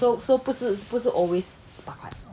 so so 不是 always 十八块